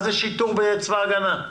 מה זה שיטור בצבא ההגנה לישראל?